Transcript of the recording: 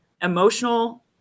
emotional